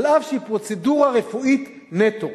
אף שהיא פרוצדורה רפואית נטו,